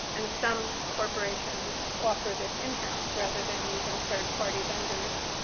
and some corporations offer this in-house, rather than using third-party vendors.